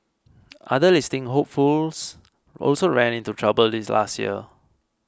other listing hopefuls also ran into trouble last year